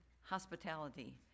hospitality